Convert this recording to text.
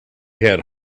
had